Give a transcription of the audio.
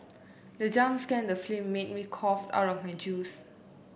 the jump scan the film made me cough out my juice